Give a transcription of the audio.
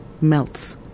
melts